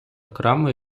окремою